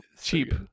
cheap